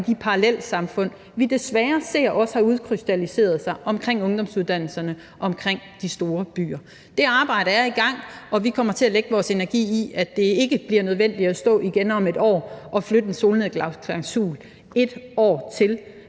de parallelsamfund, vi desværre ser også har udkrystalliseret sig omkring ungdomsuddannelserne omkring de store byer. Det arbejde er i gang, og vi kommer til at lægge vores energi i, at det ikke kommer til at være nødvendigt at stå her igen om et år og flytte en solnedgangsklausul 1 år til.